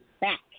back